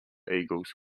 eagles